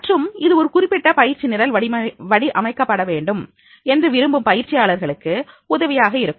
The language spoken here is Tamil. மற்றும் இது ஒரு குறிப்பிட்ட பயிற்சி நிரல் வடிவமைக்க வேண்டும் என்று விரும்பும் பயிற்சியாளர்களுக்கு உதவியாக இருக்கும்